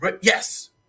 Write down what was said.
yes